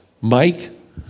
Mike